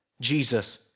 Jesus